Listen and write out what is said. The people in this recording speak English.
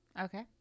Okay